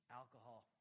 alcohol